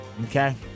Okay